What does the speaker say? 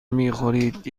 میخورید